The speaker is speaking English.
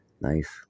Nice